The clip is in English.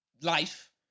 life